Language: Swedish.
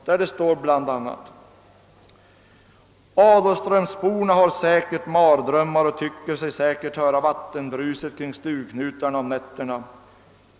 Där står bl.a. »Adolfströmsborna har säkert mardrömmar och tycker sig höra vattenbruset kring stugknutarna om nätterna.